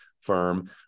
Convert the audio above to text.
firm